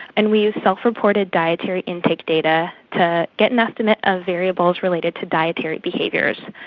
and we used self-reported dietary intake data to get an estimate of variables related to dietary behaviours.